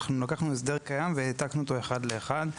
לקחנו הסדר קיים והעתקנו אותו אחד לאחד.